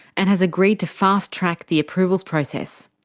and has agreed to fast-track the approvals process.